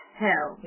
hell